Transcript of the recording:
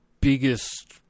biggest